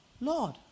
Lord